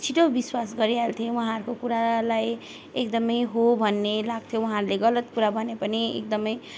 छिटो विश्वास गरिहाल्थेँ उहाँहरूको कुरालाई एकदमै हो भन्ने लाग्थ्यो उहाँले गलत कुरा भने पनि एकदमै